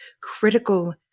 critical